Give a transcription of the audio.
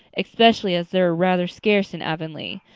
especially as they're rather scarce in avonlea.